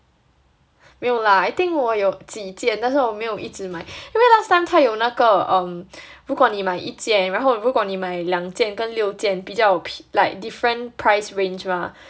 没有 lah I think 我有几件但是我没有一直买因为 last time 他有那个 um 如果你买一件然后如果你买两件跟六件比较 pi~ like different price range mah